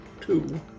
two